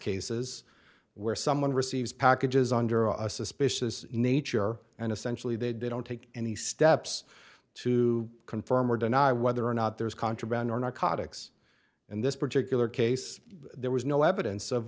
cases where someone receives packages under a suspicious nature and essentially they don't take any steps to confirm or deny whether or not there is contraband or narcotics and this particular case there was no evidence of